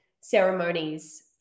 ceremonies